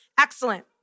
Excellent